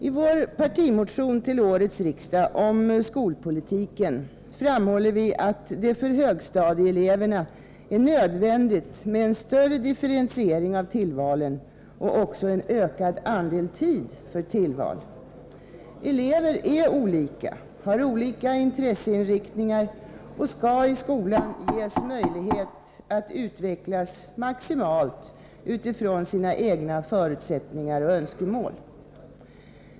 I vår partimotion till årets riksdag om skolpolitiken framhåller vi att det för högstadieeleverna är nödvändigt med en större differentiering av tillvalen och också en ökad andel tid för tillval. Elever är olika, har olika intresseinriktningar och skall i skolan ges möjlighet att utvecklas maximalt utifrån sina egna förutsättningar och önskemål.